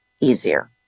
easier